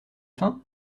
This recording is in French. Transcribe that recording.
faim